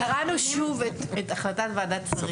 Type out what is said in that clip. קראנו שוב את החלטת ועדת שרים.